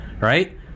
right